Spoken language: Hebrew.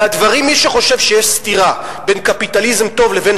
ומי שחושב שיש סתירה בין קפיטליזם טוב לבין